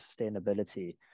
sustainability